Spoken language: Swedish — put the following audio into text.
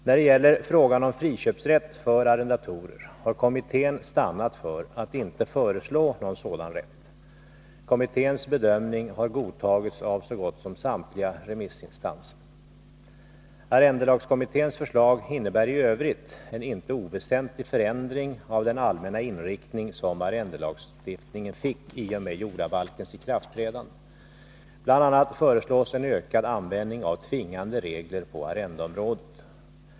När det gäller frågan om friköpsrätt för arrendatorer har kommittén stannat för att inte föreslå någon sådan rätt. Kommitténs bedömning har godtagits av så gott som samtliga remissinstanser. Arrendelagskommitténs förslag innebär i övrigt en inte oväsentlig förändring av den allmänna inriktning som arrendelagstiftningen fick i och med jordabalkens ikraftträdande. Bl. a. föreslås en ökad användning av tvingande regler på arrendeområdet.